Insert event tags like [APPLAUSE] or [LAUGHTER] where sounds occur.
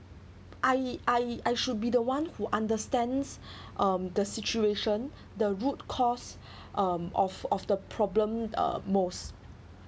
I I I should be the one who understands [BREATH] um the situation the root cause [BREATH] um of of the problem uh most